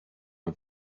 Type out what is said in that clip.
nur